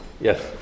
yes